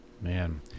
man